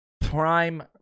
prime